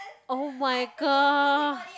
oh-my-god